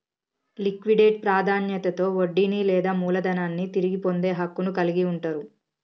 liquidate ప్రాధాన్యతలో వడ్డీని లేదా మూలధనాన్ని తిరిగి పొందే హక్కును కలిగి ఉంటరు